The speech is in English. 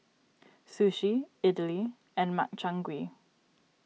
Sushi Idili and Makchang Gui